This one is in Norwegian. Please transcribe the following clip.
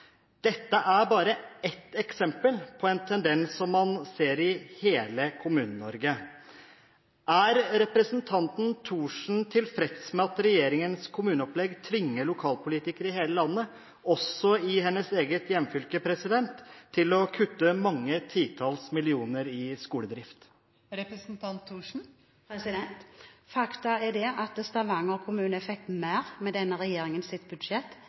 Dette er bare ett eksempel på en tendens som man ser i hele Kommune-Norge. Er representanten Thorsen tilfreds med at regjeringens kommuneopplegg tvinger lokalpolitikere i hele landet, også i hennes eget hjemfylke, til å kutte mange titalls millioner i skoledrift? Faktum er at Stavanger kommune fikk mer med denne regjeringens budsjett